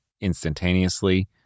instantaneously